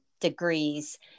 degrees